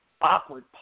awkward